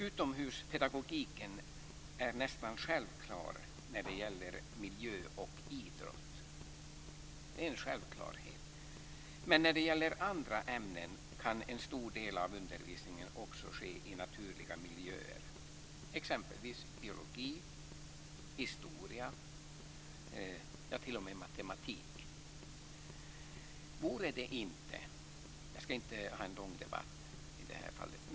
Utomhuspedagogiken är nästan självklar när det gäller miljö och idrott. Men när det gäller andra ämnen kan en stor del av undervisningen också ske i naturliga miljöer, t.ex. biologi, historia och t.o.m. matematik. Jag ska inte föra en lång debatt här.